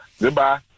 Goodbye